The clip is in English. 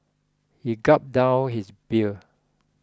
he gulped down his beer